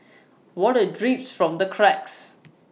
water drips from the cracks